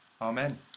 Amen